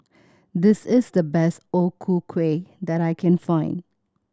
this is the best O Ku Kueh that I can find